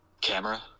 Camera